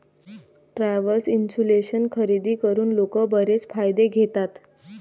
travel insurance खरेदी करून लोक बरेच फायदे घेतात